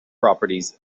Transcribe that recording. properties